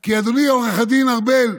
כי אדוני עו"ד ארבל,